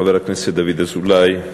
חבר הכנסת דוד אזולאי,